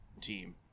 team